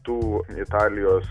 tų italijos